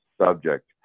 subject